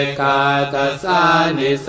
katasani